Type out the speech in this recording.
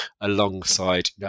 alongside